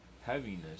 heaviness